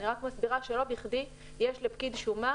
אני רק מסבירה שלא בכדי יש לפקיד שומה